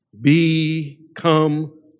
become